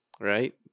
right